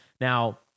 Now